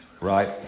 Right